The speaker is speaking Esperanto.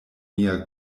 mia